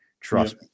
Trust